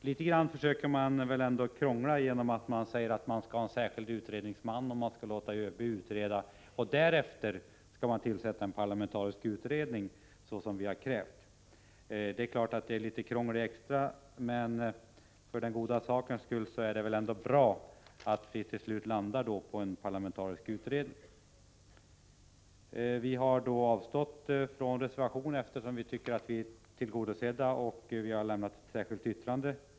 Försvarsutskottet försöker krångla till det litet genom att säga att regeringen skall tillkalla en särskild utredningsman, att man skall låta ÖB utreda och att man först därefter skall tillsätta en parlamentarisk utredning, såsom vi har krävt. Det är klart att detta innebär litet extra krångel, men för den goda sakens skull vill jag säga att det trots allt är bra att resonemanget till slut går ut på att det skall bli en parlamentarisk utredning. Vi har avstått från att reservera oss, eftersom vi tycker att vi är tillgodosedda, men vi har avgivit ett särskilt yttrande.